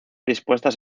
dispuestas